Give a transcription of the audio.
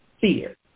fear